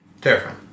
Terrifying